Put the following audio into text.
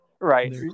Right